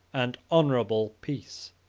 and honorable peace.